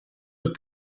het